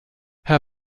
herr